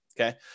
okay